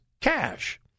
cash